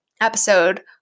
episode